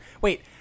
Wait